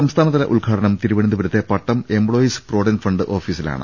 സംസ്ഥാനതല ഉദ്ഘാടനം തിരു വനന്തപുരത്തെ പട്ടം എംപ്ലോയീസ് പ്രൊവിഡന്റ് ഫണ്ട് ഓഫീ സിലാണ്